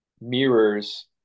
mirrors